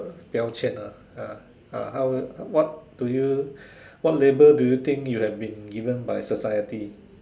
tiao Jian ah uh uh how what do you what label do you think you have been given by society